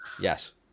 Yes